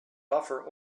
buffer